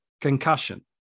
concussion